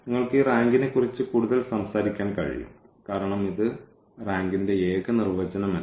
നിങ്ങൾക്ക് ഈ റാങ്കിനെക്കുറിച്ച് കൂടുതൽ സംസാരിക്കാൻ കഴിയും കാരണം ഇത് റാങ്കിന്റെ ഏക നിർവചനം അല്ല